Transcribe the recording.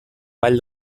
vall